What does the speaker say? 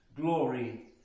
Glory